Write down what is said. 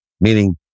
Meaning